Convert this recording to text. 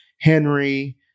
Henry